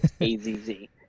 A-Z-Z